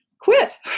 quit